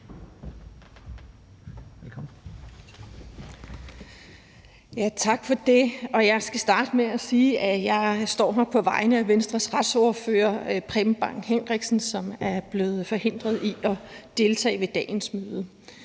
at sige, at jeg står her på vegne af Venstres retsordfører, Preben Bang Henriksen, som er blevet forhindret i at deltage i dagens møde.